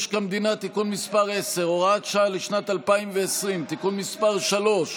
משק המדינה (תיקון מס' 10 והוראת שעה לשנת 2020) (תיקון מס' 3),